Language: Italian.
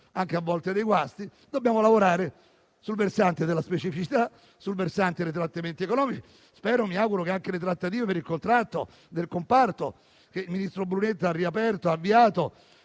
anche guasti, a volte dobbiamo lavorare sul versante della specificità e dei trattamenti economici. Spero che anche le trattative per il contratto del comparto, che il ministro Brunetta ha riaperto e avviato